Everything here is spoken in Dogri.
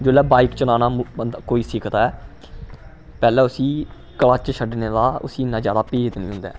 जिसलै बाइक चलाना बंदा कोई सिखदा ऐ पैह्ले उसी क्लच छड्डने दा उसी इन्ना ज्यादा भेत निं होंदा ऐ